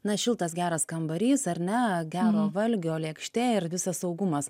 na šiltas geras kambarys ar ne gero valgio lėkštė ir visas saugumas